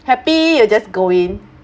happy you just go in